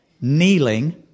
kneeling